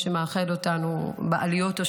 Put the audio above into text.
חברת הכנסת פנינה תמנו, בבקשה.